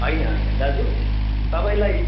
होइन होइन दाजु तपाईँलाई